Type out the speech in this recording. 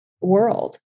world